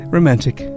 Romantic